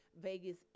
Vegas